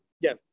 Yes